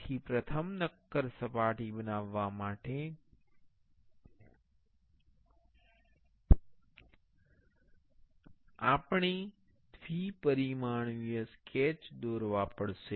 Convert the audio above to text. તેથી પ્રથમ નક્કર સપાટી બનાવવા માટે આપણે દ્વિ પરિમાણીય સ્કેચ દોરવા પડશે